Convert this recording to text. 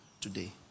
today